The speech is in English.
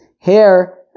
hair